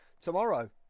tomorrow